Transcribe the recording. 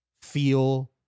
feel